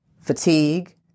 fatigue